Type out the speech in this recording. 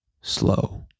slow